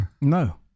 No